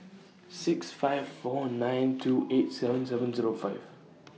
six five four nine two eight seven seven Zero five